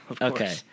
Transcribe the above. okay